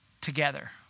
together